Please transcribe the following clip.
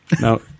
No